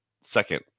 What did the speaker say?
second